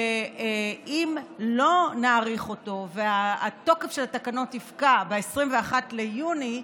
שאם לא נאריך אותו והתוקף של התקנות יפקע ב-21 ביוני,